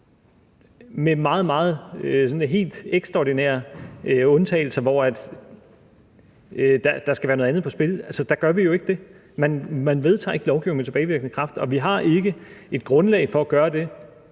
Det gør vi kun med helt ekstraordinære undtagelser, hvor der skal være noget andet på spil. Ellers gør vi jo ikke det. Man vedtager ikke lovgivning med tilbagevirkende kraft, og vi har ikke et grundlag for at gøre det.